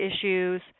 issues